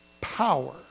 power